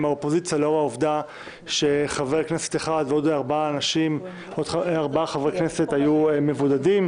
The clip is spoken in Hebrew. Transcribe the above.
האופוזיציה מכיוון שחבר כנסת אחד ועוד ארבעה חברי כנסת היו מבודדים,